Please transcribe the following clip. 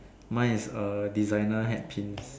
mine is err designer hat pins